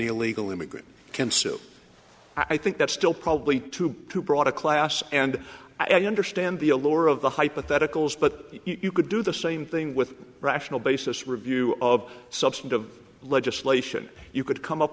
illegal immigrant can so i think that's still probably too broad a class and i understand the allure of the hypotheticals but you could do the same thing with rational basis review of substantive legislation you could come up